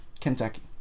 Kentucky